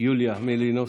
חברת הכנסת יוליה מלינובסקי,